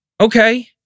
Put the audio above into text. okay